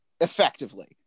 effectively